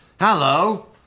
Hello